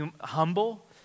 humble